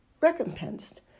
recompensed